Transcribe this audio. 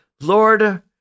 Lord